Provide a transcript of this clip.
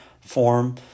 form